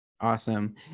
Awesome